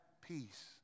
peace